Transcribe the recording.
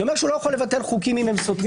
זה אומר שהוא לא יכול לבטל חוקים אם הם סותרים